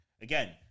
Again